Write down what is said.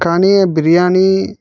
కాని ఆ బిర్యానీ